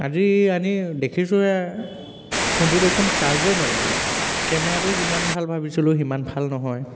আজি আনি দেখিছোঁহে ফোনটো দেখোন চাৰ্জেই নলয় কেমেৰাটো যিমান ভাল ভাবিছিলোঁ সিমান ভাল নহয়